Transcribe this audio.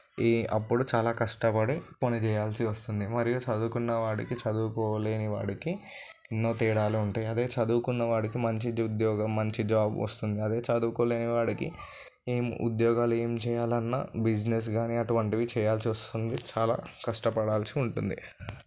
ఈ అప్పుడు చాలా కష్టపడి పని చేయవలసి వస్తుంది మరియు చదువుకున్న వాడికి చదువుకోలేని వాడికి ఎన్నో తేడాలు ఉంటాయి అదే చదువుకున్న వాడికి మంచిది ఉద్యోగం మంచి జాబ్ వస్తుంది అదే చదువుకోలేని వాడికి ఏం ఉద్యోగాలు ఏం చేయాలన్నా బిజినెస్ కానీ అటువంటివి చేయాల్సి వస్తుంది చాలా కష్టపడాల్సి ఉంటుంది